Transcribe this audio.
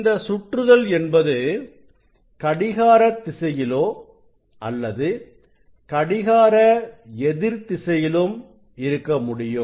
இந்த சுற்றுதல் என்பது கடிகார திசையிலோ அல்லது கடிகார எதிர் திசையிலும் இருக்க முடியும்